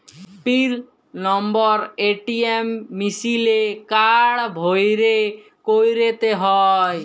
পিল number ATM মিশিলে card ভ্যইরে ক্যইরতে হ্যয়